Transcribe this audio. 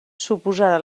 suposarà